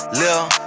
lil